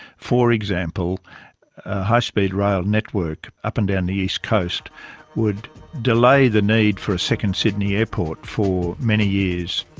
for example, a high speed rail network up and down the east coast would delay the need for a second sydney airport for many years.